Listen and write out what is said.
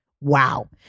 Wow